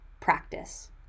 practice